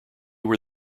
were